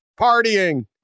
partying